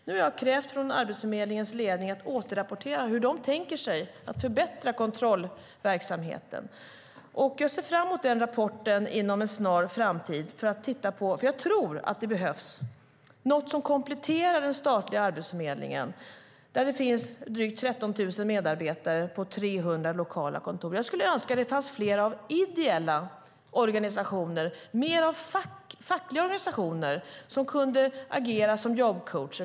Jag har krävt av Arbetsförmedlingens ledning att de ska återrapportera hur de tänker sig att förbättra kontrollverksamheten. Jag ser fram mot rapporten inom en snar framtid, för jag tror att det behövs något som kompletterar den statliga Arbetsförmedlingen där det finns drygt 13 000 medarbetare på 300 lokala kontor. Jag skulle önska att det fanns fler ideella organisationer och mer av fackliga organisationer som kunde agera som jobbcoacher.